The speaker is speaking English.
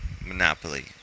Monopoly